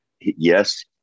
Yes